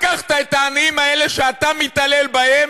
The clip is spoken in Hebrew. לקחת את העניים האלה, שאתה מתעלל בהם,